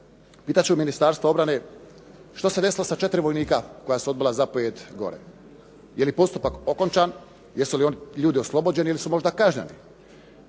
Pitat ću Ministarstvo obrane što se desilo sa četiri vojnika koja su odbila zapovijed gore, je li postupak okončan, jesu li ljudi oslobođeni ili su možda kažnjeni.